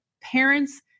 Parents